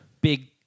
Big